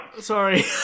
sorry